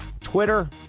Twitter